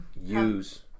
use